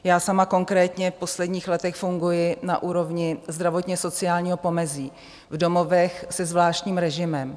Já sama konkrétně v posledních letech funguji na úrovni zdravotněsociálního pomezí v domovech se zvláštním režimem.